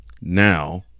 now